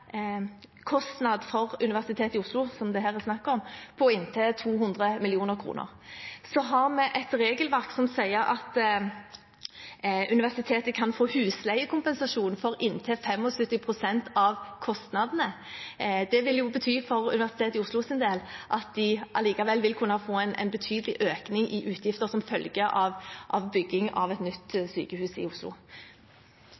for Universitetet i Oslo, som det her er snakk om, på inntil 200 mill. kr. Så har vi et regelverk som sier at universitetet kan få husleiekompensasjon for inntil 75 pst. av kostnadene. Det vil for Universitetet i Oslo sin del bety at de allikevel vil kunne få en betydelig økning i utgifter som følge av bygging av et nytt